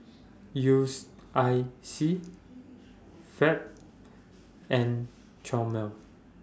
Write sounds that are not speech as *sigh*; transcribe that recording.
U *unintelligible* I C Fab and Chomel